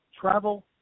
travel